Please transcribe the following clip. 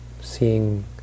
seeing